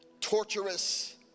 Torturous